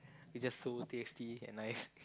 they just so tasty and nice